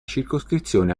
circoscrizione